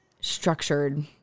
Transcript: structured